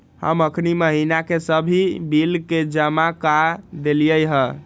हम अखनी महिना के सभ बिल के जमा कऽ देलियइ ह